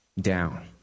down